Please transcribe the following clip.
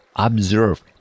observe